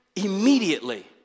immediately